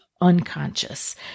unconscious